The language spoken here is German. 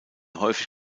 häufig